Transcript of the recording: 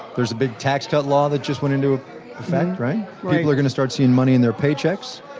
there's a big tax-cut law that just went into effect. right? people are going to start seeing money in their paychecks.